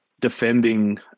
defending